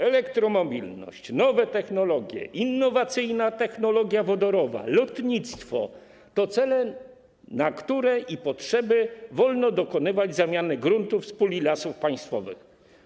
Elektromobilność, nowe technologie, innowacyjna technologia wodorowa, lotnictwo - to cele i potrzeby, na które wolno dokonywać zamiany gruntów z puli Lasów Państwowych.